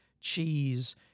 cheese